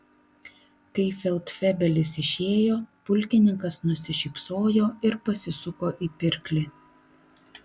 kai feldfebelis išėjo pulkininkas nusišypsojo ir pasisuko į pirklį